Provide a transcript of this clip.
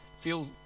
feel